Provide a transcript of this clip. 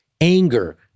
anger